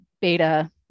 beta